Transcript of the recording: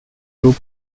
group